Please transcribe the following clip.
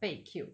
被 killed